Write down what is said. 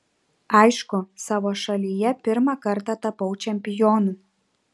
aišku savo šalyje pirmą kartą tapau čempionu